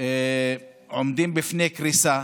עומדים בפני קריסה